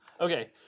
Okay